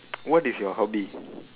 what is your hobby